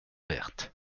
verte